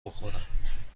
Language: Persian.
بخورم